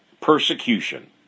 Persecution